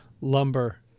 lumber